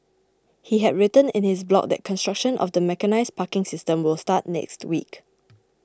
he had written in his blog that construction of the mechanised parking system will start next week